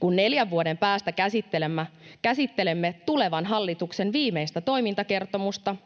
Kun neljän vuoden päästä käsittelemme tulevan hallituksen viimeistä toimintakertomusta,